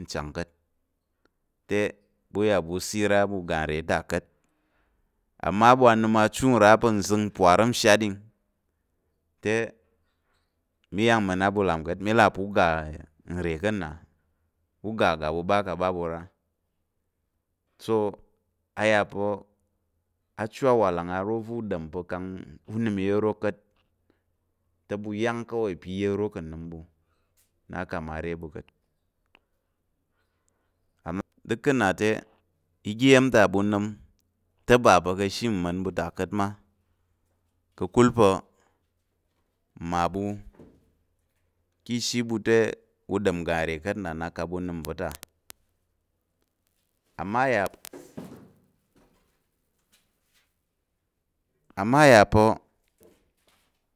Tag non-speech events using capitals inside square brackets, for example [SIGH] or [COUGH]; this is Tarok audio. nchang ka̱t, te ɓu iya ɓu sira ɓu ga nre ta ka̱t amma wa nəm achu nra pa̱ nzəng, mparəm, nshatɗing te mi yang mma̱n á ɓu la̱p ka̱t mi là pa̱ u ga nre ka̱ nnà mi là pa̱ u ga nre ka̱ na ɓu ga ɓa te ɓa ɓu ra. A chu awalang aro a̱ u ɗom pa̱ kang u nəm iya̱m nro ka̱t, te ɓu yáng kawai pa̱ iya̱m iro ka̱ nnəm na kang mma re ɓu ka̱t, duk ká̱ nnà te oga iya̱m va̱ ta ɓu nəm, te bà pa̱ ka̱ ashe mma̱n ta ka̱t mma ka̱kul pa̱ mmaɓu ka̱ ishi ɓu te u ɗom ngga nre ka̱t nna nak kang ɓu nəm nva̱ ta [NOISE] amma a yà pa̱